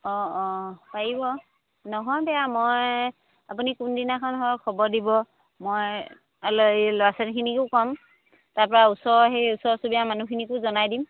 অঁ অঁ পাৰিব নহয় বেয়া মই আপুনি কোনদিনাখন হয় খবৰ দিব মই ল'ৰা ছোৱালীখিনিকো ক'ম তাৰপৰা ওচৰ সেই ওচৰ চুবুৰীয়া মানুহখিনিকো জনাই দিম